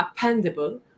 appendable